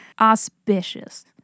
Auspicious